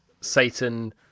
Satan